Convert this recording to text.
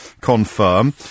confirm